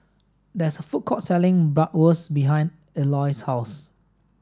there's a food court selling Bratwurst behind Elois' house